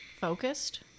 Focused